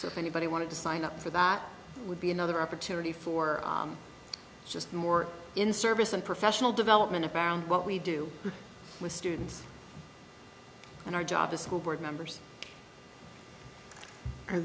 so if anybody wanted to sign up for that would be another opportunity for just more in service and professional development around what we do with students and our job t